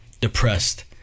depressed